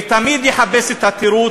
ותמיד יחפש את התירוץ,